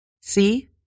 see